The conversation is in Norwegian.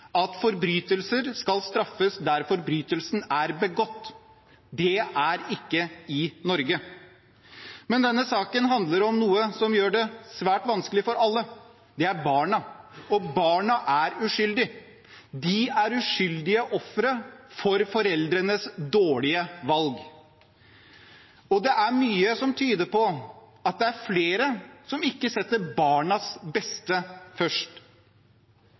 at forbrytelser skal straffes der forbrytelsen er begått – og det er ikke i Norge. Men denne saken handler om noe som gjør det svært vanskelig for alle: barna. De er uskyldige, uskyldige ofre for foreldrenes dårlige valg. Mye tyder på at det er flere som ikke setter barnets beste først.